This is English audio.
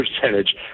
percentage